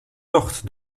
tocht